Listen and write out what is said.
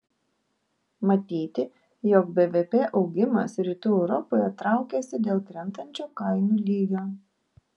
matyti jog bvp augimas rytų europoje traukiasi dėl krentančio kainų lygio